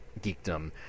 geekdom